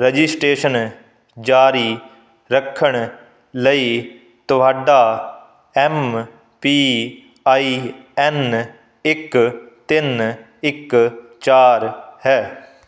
registration ਜਾਰੀ ਰੱਖਣ ਲਈ ਤੁਹਾਡਾ ਐਮ ਪੀ ਆਈ ਐਨ ਇੱਕ ਤਿੰਨ ਇੱਕ ਚਾਰ ਹੈ